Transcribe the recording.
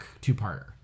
two-parter